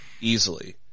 easily